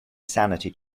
sanity